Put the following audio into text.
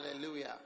Hallelujah